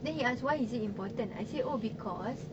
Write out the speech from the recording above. then he ask why is it important I say oh because